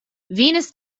venous